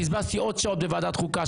בזבזתי עוד שעות בוועדת חוקה,